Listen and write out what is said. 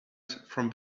from